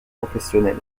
professionnels